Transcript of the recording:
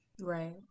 Right